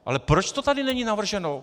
Ale proč to tady není navrženo?